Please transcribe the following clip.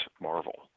Marvel